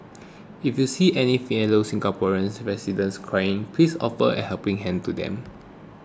if you see any fellow Singaporean residents crying please offer a helping hand to them